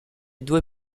due